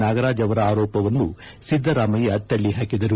ನಾಗರಾಜ್ ಅವರ ಆರೋಪವನ್ನು ಸಿದ್ದರಾಮಯ್ಯ ತೆಳ್ಳಿಹಾಕಿದರು